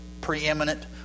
preeminent